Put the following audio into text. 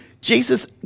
Jesus